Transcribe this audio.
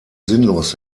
sinnlos